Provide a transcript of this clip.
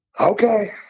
okay